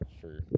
Sure